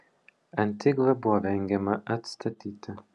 antigvą buvo vengiama atstatyti